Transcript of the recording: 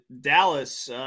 Dallas